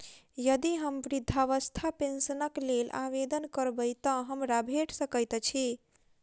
यदि हम वृद्धावस्था पेंशनक लेल आवेदन करबै तऽ हमरा भेट सकैत अछि?